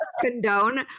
condone